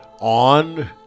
on